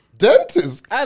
Dentist